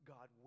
God